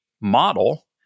model